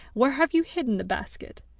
where have you hidden the basket?